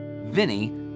Vinny